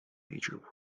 major